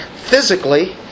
physically